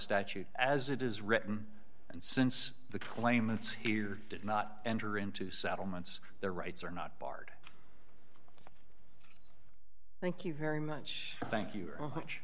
statute as it is written and since the claimants here did not enter into settlements their rights are not barred thank you very much thank you very much